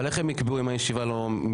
אבל איך הם יקבעו אם הישיבה לא מתקיימת?